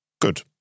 Good